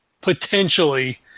potentially